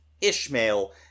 ishmael